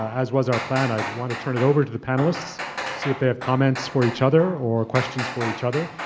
as was our plan, i'd want to turn it over to the panelists to see if they have comments for each other or questions for each other,